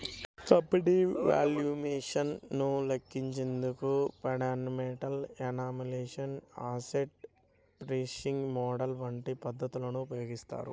company valuation ను లెక్కించేందుకు fundamental analysis, asset pricing model వంటి పద్ధతులను ఉపయోగిస్తారు